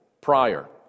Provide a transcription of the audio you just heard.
prior